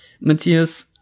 Matthias